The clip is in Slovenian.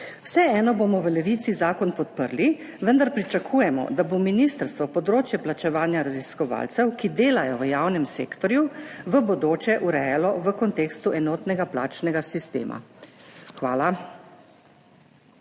Vseeno bomo v Levici zakon podprli, vendar pričakujemo, da bo ministrstvo področje plačevanja raziskovalcev, ki delajo v javnem sektorju, v bodoče urejalo v kontekstu enotnega plačnega sistema. Hvala.